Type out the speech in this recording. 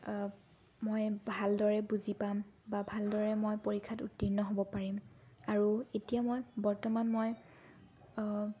মই ভালদৰে বুজি পাম বা ভালদৰে মই পৰীক্ষাত উত্তিৰ্ণ হ'ব পাৰিম আৰু এতিয়া মই বৰ্তমান মই